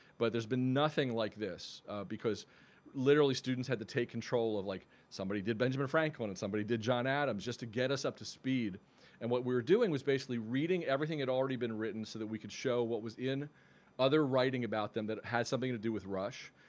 but there's been nothing like this because literally students had to take control of like somebody did benjamin franklin and somebody did john adams just to get us up to speed and what we were doing was basically reading everything that had already been written so that we could show what was in other writing about them that had something to do with rush.